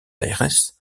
aires